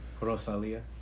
Rosalia